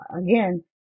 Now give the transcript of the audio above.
again